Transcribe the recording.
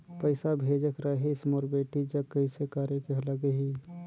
पइसा भेजेक रहिस मोर बेटी जग कइसे करेके लगही?